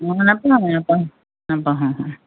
অঁ নাপাহৰোঁ নাপাহৰোঁ নাপাহৰোঁ অ